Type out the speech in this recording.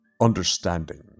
understanding